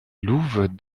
louve